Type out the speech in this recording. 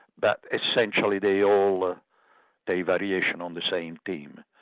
but essentially they all pay variation on the same theme.